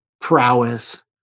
prowess